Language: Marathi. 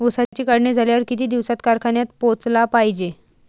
ऊसाची काढणी झाल्यावर किती दिवसात कारखान्यात पोहोचला पायजे?